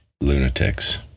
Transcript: lunatics